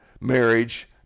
marriage